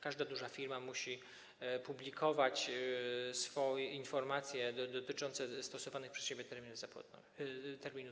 Każda duża firma musi publikować informacje dotyczące stosowanych przez siebie terminów zapłaty.